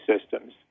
systems